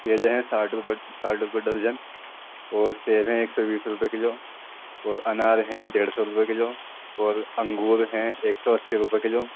کیلے ہیں ساٹھ روپے ساٹھ روپے درجن اور سیب ہیں ایک سو بیس روپے کلو اور انار ہیں ڈیڑھ سو روپے کلو اور انگور ہیں ایک سو اسی روپے کلو